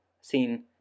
seen